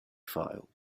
file